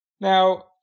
Now